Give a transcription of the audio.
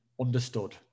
understood